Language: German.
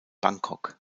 bangkok